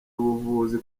ubuvuzi